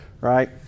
right